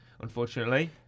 Unfortunately